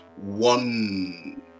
one